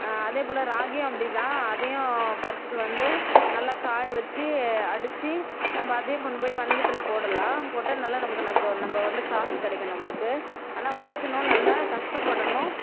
அதேபோல ராகியும் அப்படிதான் அதையும் பறிச்சிட்டு வந்து நல்லா காய வச்சு அடிச்சு நம்ம அதையும் கொண்டுபோய் வணிகத்தில் போடலாம் போட்டால் நல்லா நமக்கு நம்ம வந்து காசு கிடைக்கும் நம்மளுக்கு ஆனால் உழைக்கணும் நல்லா கஷ்டப்படணும்